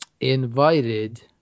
invited